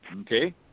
Okay